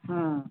ਹਾਂ